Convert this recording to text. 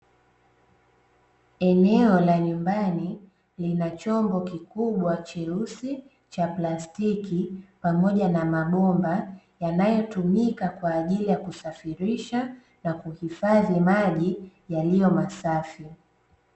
Eneo la nyumbani, lina chombo kikubwa cheusi cha plastiki, pamoja na mabomba yanayotumika kwa ajili ya kusafirisha na kuhifadhi maji yaliyo masafi.